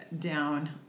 down